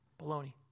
baloney